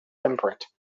imprint